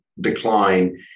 decline